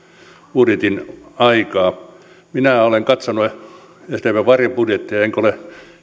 budjetin aikaa minä olen katsonut sdpn varjobudjettia enkä ole